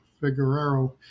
Figueroa